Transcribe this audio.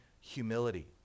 humility